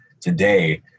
today